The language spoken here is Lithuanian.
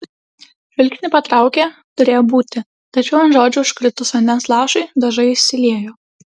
žvilgsnį patraukė turėjo būti tačiau ant žodžių užkritus vandens lašui dažai išsiliejo